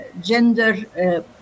gender